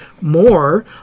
more